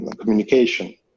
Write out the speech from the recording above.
communication